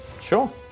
Sure